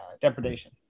depredation